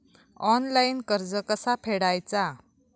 Online कर्ज कसा फेडायचा?